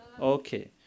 Okay